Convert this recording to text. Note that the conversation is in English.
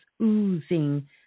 oozing